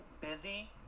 busy